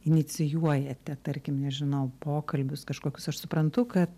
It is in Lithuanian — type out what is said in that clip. inicijuojate tarkim nežinau pokalbius kažkokius aš suprantu kad